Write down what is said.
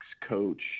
coach